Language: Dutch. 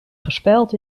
gespeld